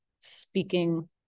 speaking